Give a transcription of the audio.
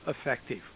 effective